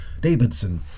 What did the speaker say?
Davidson